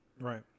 Right